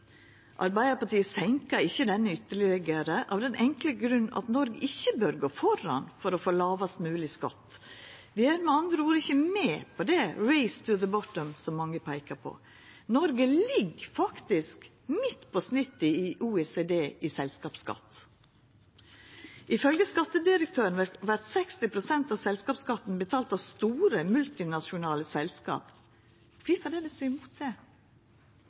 Arbeidarpartiet senkar ikkje denne ytterlegare, av den enkle grunn at Noreg ikkje bør gå føre for å få lågast mogleg skatt. Vi er med andre ord ikkje med på «the race to the bottom» som mange peikar på. Noreg ligg faktisk midt på snittet i OECD i selskapsskatt. Ifølgje skattedirektøren vert 60 pst. av selskapsskatten betalt av store, multinasjonale selskap. Kvifor er dei så imot det?